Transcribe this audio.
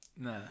Nah